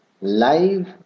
live